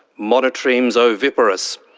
monotremes oviparous,